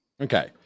Okay